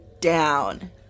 down